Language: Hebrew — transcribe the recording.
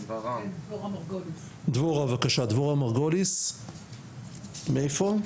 בבקשה, דבורה מרגוליס מור"ה.